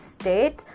state